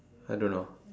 I don't know